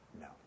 no